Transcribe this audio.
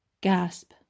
Gasp